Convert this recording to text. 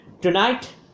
tonight